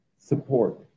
support